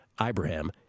Ibrahim